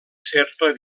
cercle